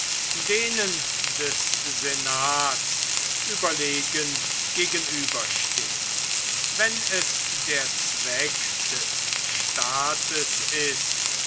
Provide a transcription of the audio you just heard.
denen des senats überlegen gegenüberstehen wenn es der zweck des staates ist